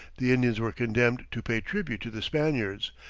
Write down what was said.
the indians were condemned to pay tribute to the spaniards,